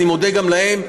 אני מודה גם להם.